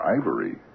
Ivory